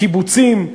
קיבוצים,